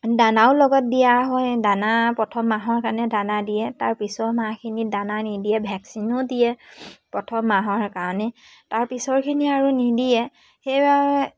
দানাও লগত দিয়া হয় দানা প্ৰথম মাহৰ কাৰণে দানা দিয়ে তাৰপিছৰ মাহখিনিত দানা নিদিয়ে ভেকচিনো দিয়ে প্ৰথম মাহৰ কাৰণে তাৰ পিছৰখিনি আৰু নিদিয়ে সেইবাবে